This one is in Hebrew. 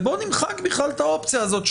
ובואו נמחק בכלל את האופציה הזאת,